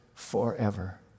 forever